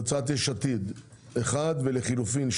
קבוצת המחנה הממלכתי, הסתייגויות 1 ו-2.